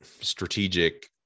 strategic